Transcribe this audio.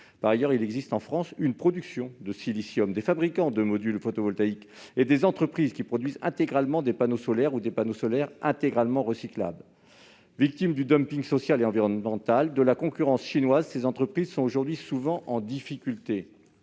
Par ailleurs, il existe en France une production de silicium, des fabricants de modules photovoltaïques et des entreprises qui produisent intégralement des panneaux solaires, parfois totalement recyclables. Victimes du dumping social et environnemental et de la concurrence chinoise, ces entreprises sont souvent en difficulté